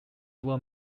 were